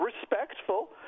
respectful